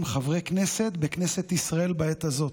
חברי כנסת בכנסת ישראל בעת הזאת.